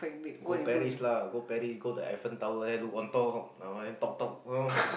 go Paris lah go Paris go the Eiffel Tower there look on top down there talk talk you know